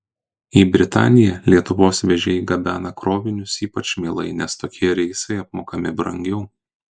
į britaniją lietuvos vežėjai gabena krovinius ypač mielai nes tokie reisai apmokami brangiau